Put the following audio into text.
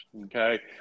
okay